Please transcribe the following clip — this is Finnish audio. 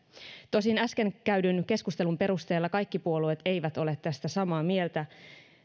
tosin äsken käydyn keskustelun perusteella kaikki puolueet eivät ole tästä samaa mieltä